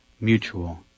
mutual